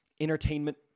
entertainment